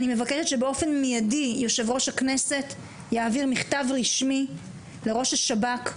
אני מבקשת שבאופן מיידי יושב ראש הכנסת יעביר מכתב רשמי לראש השב"כ,